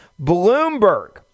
Bloomberg